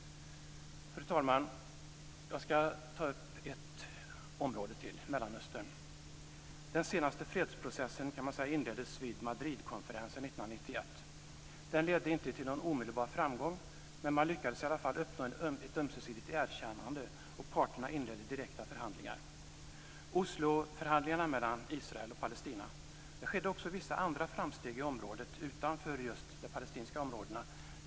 Fru talman! Jag skall ta upp ytterligare ett område, nämligen Mellanöstern. Man kan säga att den senaste fredsprocesen inleddes vid Madridkonferensen 1991. Den ledde inte till någon omedelbar framgång, men man lyckades i alla fall uppnå ett ömsesidigt erkännande, och parterna inledde direkta förhandlingar, Osloförhandlingarna, mellan Israel och Palestina. Det skedde också vissa andra framsteg i området utanför just de palestinska områdena.